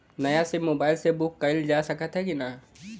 नया SIM mobile से book कइलजा सकत ह कि ना?